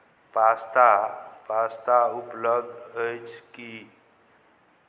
pasta pasta उपलब्ध अछि की